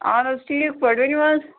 اہَن حَظ ٹھِیٖک پٲٹھۍ ؤنِو حَظ